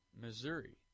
Missouri